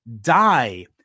die